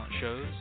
shows